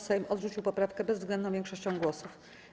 Sejm odrzucił poprawkę bezwzględną większością głosów.